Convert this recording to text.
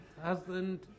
husband